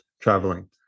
traveling